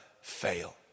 fail